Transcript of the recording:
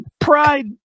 Pride